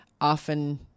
often